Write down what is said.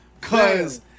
Cause